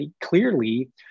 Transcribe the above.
clearly